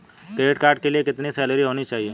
Credit card के लिए कितनी सैलरी होनी चाहिए?